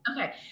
Okay